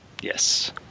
yes